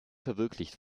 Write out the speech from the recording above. verwirklicht